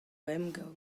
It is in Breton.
emgav